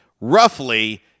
roughly